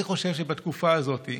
אני חושב שבתקופה הזאת,